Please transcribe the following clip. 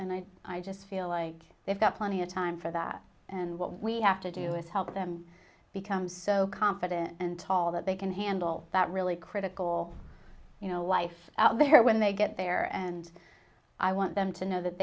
and i i just feel like they've got plenty of time for that and what we have to do is help them become so confident and tall that they can handle that really critical you know life out there when they get there and i want them to know that